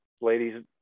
ladies